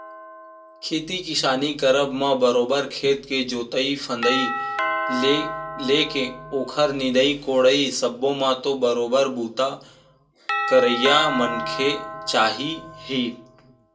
खेती किसानी करब म बरोबर खेत के जोंतई फंदई ले लेके ओखर निंदई कोड़ई सब्बो म तो बरोबर बूता करइया मनखे चाही ही